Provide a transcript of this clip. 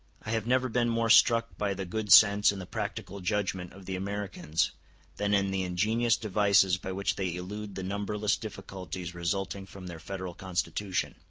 i have never been more struck by the good sense and the practical judgment of the americans than in the ingenious devices by which they elude the numberless difficulties resulting from their federal constitution.